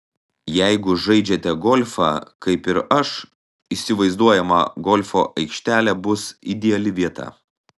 jeigu žaidžiate golfą kaip ir aš įsivaizduojama golfo aikštelė bus ideali vieta